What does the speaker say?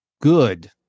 good